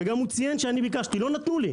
והוא גם ציין שאני ביקשתי לא נתנו לי.